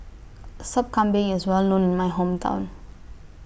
Sop Kambing IS Well known in My Hometown